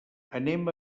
anem